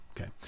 Okay